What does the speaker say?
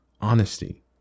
honesty